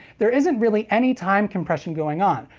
there isn't really any time compression going on,